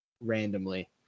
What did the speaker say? randomly